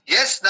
Yes